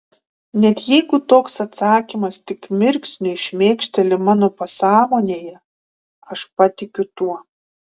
net jeigu toks atsakymas tik mirksniui šmėkšteli mano pasąmonėje aš patikiu tuo